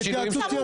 התייעצות סיעתית.